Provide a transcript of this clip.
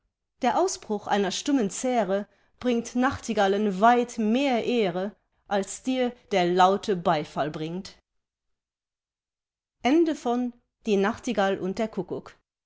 der ausbruch einer stummen zähre bringt nachtigallen weit mehr ehre als dir der laute beifall bringt